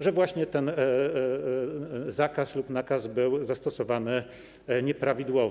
że właśnie ten zakaz lub nakaz był zastosowany nieprawidłowo.